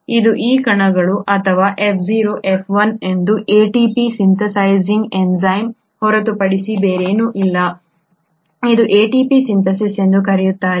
ಇದು ಈ ಕಣ ಅಥವಾ F0 F1 ಇದು ಎಟಿಪಿ ಸಿಂಥೆಸೈಸಿಂಗ್ ಎನ್ಝೈಮ್ ಹೊರತುಪಡಿಸಿ ಬೇರೇನೂ ಅಲ್ಲ ಇದನ್ನು ಎಟಿಪಿ ಸಿಂಥೇಸ್ ಎಂದೂ ಕರೆಯುತ್ತಾರೆ